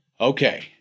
Okay